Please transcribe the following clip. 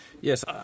yes